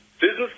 Business